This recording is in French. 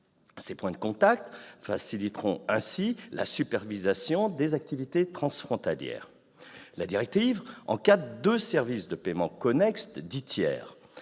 Ces points de contact faciliteront ainsi la supervision des activités transfrontalières. La directive encadre deux services de paiement connexes dits « tiers